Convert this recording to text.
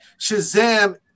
Shazam